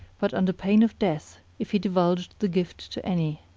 but under pain of death if he divulged the gift to any.